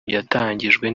yatangijwe